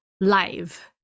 live